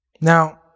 Now